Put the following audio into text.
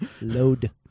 Load